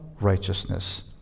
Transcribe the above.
righteousness